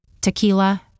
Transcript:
Tequila